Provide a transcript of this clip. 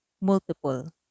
multiple